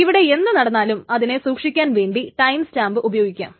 ഇവിടെ എന്തു നടന്നാലും അതിനെ സൂക്ഷിക്കാൻ വേണ്ടി ടൈം സ്റ്റാമ്പ് ഉപയോഗിക്കാം